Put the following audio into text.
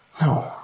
No